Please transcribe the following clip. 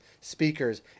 speakers